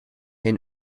his